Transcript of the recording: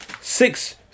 six